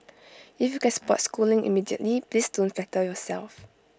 if you can spot schooling immediately please don't flatter yourself